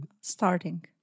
Starting